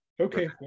Okay